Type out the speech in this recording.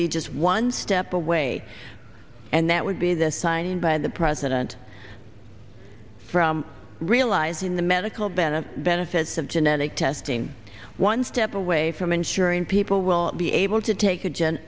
be just one step away and that would be the signing by the president from realizing the medical benefit benefits of genetic testing one step away from ensuring people will be able to take a g